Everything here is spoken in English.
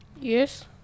Yes